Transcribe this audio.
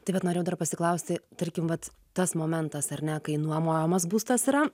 tai vat norėjau dar pasiklausti tarkim vat tas momentas ar ne kai nuomojamas būstas yra